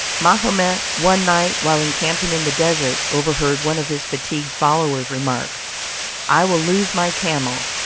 mahomet, one night, while encamping in the desert, overheard one of his fatigued followers remark i will loose my camel,